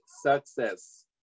success